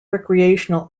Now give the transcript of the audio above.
recreational